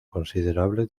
considerable